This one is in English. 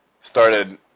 started